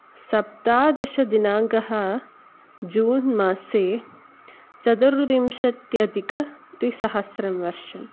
सप्तदशदिनाङ्कः जून् मासे चतुर्विंशत्यधिकद्विसहस्रं वर्षम्